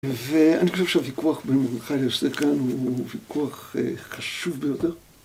ואני חושב שהוויכוח בין מרדכי לאסתר כאן הוא ויכוח חשוב ביותר